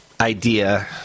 idea